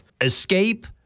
escape